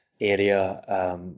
area